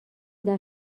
دفعه